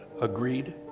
agreed